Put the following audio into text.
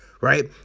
right